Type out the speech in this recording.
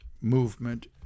movement